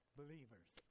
believers